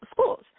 schools